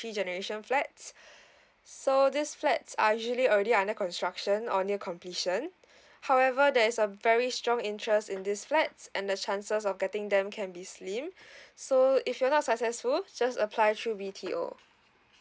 three generation flats so these flats are usually already under construction or near completion however there's a very strong interest in these flats and the chances of getting them can be slim so if you're not successful just apply through B_T_O